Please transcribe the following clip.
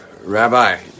Rabbi